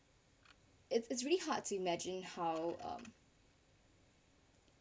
it's it's really hard to imagine how um